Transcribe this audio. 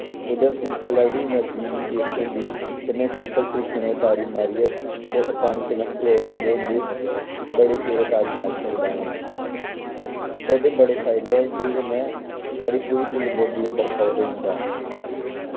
ओह्दा सिंपल ऐ ओह्दी एनर्जी निं बेस्ट होंदी ते में सिंपल तरीके नै ओह् तारी मारियै फो पानी कन्नै फ्लोट होंदे होंदे बड़े चिर तारी मारी सकदा ऐं ते ओह्दे बड़ा फायदे ऐ ओह्दे कन्नै साढ़ी पूरी फुल बाड्डी दी बर्क आउट होई जंदा